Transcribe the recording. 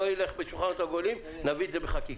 אם לא ילך בשולחנות עגולים, נביא את זה בחקיקה.